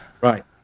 Right